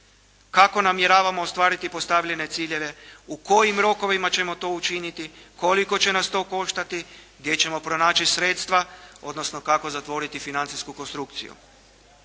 Kako namjeravamo ostvariti postavljene ciljeve? U kojim rokovima ćemo to učiniti? Koliko će nas to koštati? Gdje ćemo pronaći sredstva, odnosno kako zatvoriti financijsku konstrukciju?